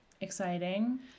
exciting